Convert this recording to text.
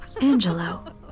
Angelo